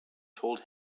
told